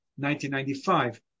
1995